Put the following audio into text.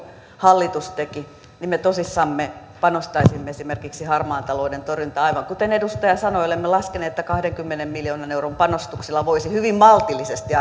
hallitus teki niin me tosissamme panostaisimme esimerkiksi harmaan talouden torjuntaan aivan kuten edustaja sanoi olemme laskeneet että kahdenkymmenen miljoonan euron panostuksella voisi saada hyvin maltillisesti